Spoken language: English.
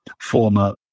former